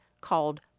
called